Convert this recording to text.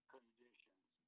Conditions